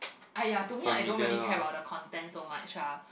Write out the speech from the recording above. !aiya! to me I don't really care about the content so much lah